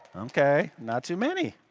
okay. not too many.